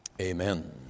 Amen